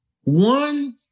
one